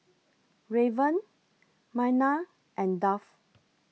Raven Myrna and Duff